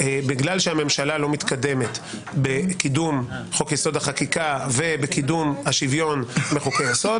שבגלל שהממשלה לא מתקדמת בחוק-יסוד: החקיקה ובקידום השוויון בחוק-היסוד,